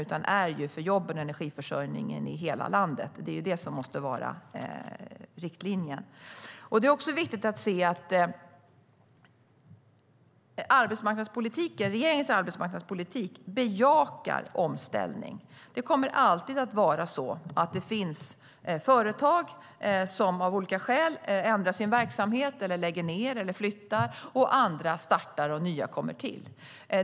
Det handlar om jobben och energiförsörjningen i hela landet; det är det som måste vara riktlinjen. Det är också viktigt att se att regeringens arbetsmarknadspolitik bejakar omställning. Det kommer alltid att finnas företag som av olika skäl ändrar sin verksamhet, lägger ned eller flyttar. Andra startar, och nya kommer till.